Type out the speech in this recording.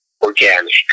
organic